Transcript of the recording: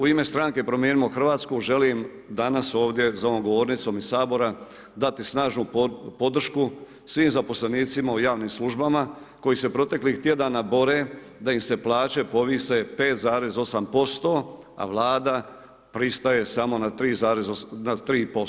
U ime stranke Promijenimo Hrvatsku želim danas ovdje za ovom govornicom iz sabora dati snažnu podršku svim zaposlenicima u javnim službama koji se proteklih tjedana bore da im se plaće povise 5,8%, a Vlada pristaje samo na 3%